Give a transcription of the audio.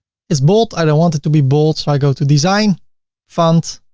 it's bold. i don't want it to be bold, so i go to design font